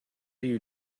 you